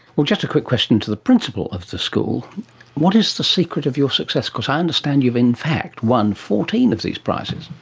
well, just a quick question to the principal of the school what is the secret of your success? because i understand you have in fact won fourteen of these prizes?